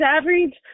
average